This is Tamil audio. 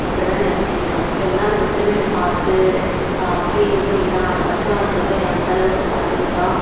அப்டிதான் என்ன வச்சுக்கிட்டான் எல்லா விதத்துலையும் என்ன பார்த்து பா அப்படியே இது பண்ணிக்கிட்டான் நான் கன்சிவாக இருக்குறப்போ என்னையை அந்தளவுக்கு பார்த்துக்கிட்டான்